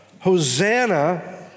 Hosanna